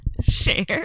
share